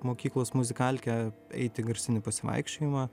mokyklos muzikalkė eit į garsinį pasivaikščiojimą